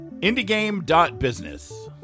indiegame.business